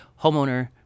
homeowner